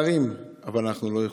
מצטערים, אבל אנחנו לא יכולים.